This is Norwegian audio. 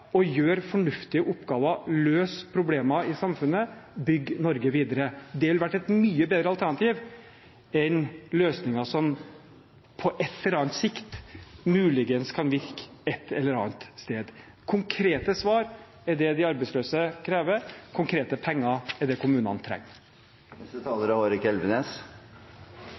gjøre fornuftige oppgaver, løse problemer i samfunnet og bygge Norge videre. Det ville vært et mye bedre alternativ enn løsninger som på en eller annen sikt muligens kan virke et eller annet sted. Konkrete svar er det de arbeidsløse krever. Konkrete penger er det kommunene